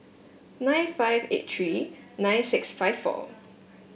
nine five eight three nine six five four